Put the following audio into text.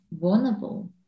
vulnerable